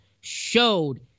showed